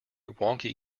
wonky